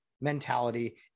mentality